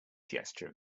gesture